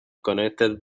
connected